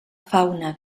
fauna